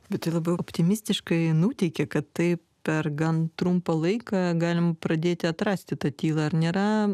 bet tai labai optimistiškai nuteikia kad taip per gan trumpą laiką galim pradėti atrasti tą tylą ar nėra